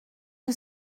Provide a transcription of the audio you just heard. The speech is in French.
que